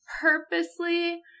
purposely